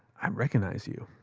um recognize you.